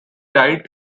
died